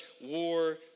war